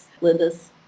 Linda's